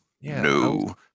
no